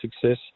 success